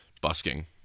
busking